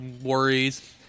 worries